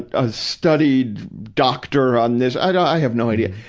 a studied doctor on this i don't, i have no idea.